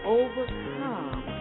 overcome